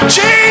Jesus